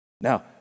Now